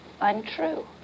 untrue